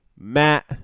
Matt